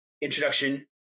introduction